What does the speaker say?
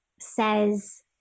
says